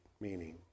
meaning